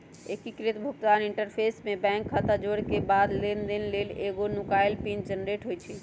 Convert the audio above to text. एकीकृत भुगतान इंटरफ़ेस में बैंक खता जोरेके बाद लेनदेन लेल एगो नुकाएल पिन जनरेट होइ छइ